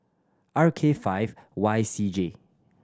R K five Y C J